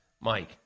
Mike